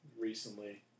recently